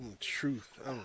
truth